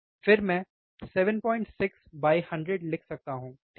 फिर मैं 76100 लिख सकता हूं ठीक